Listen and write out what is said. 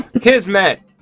Kismet